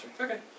Okay